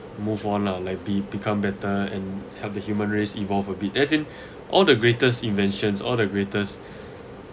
move on lah like be become better and help the human race evolve a bit as in all the greatest inventions all the greatest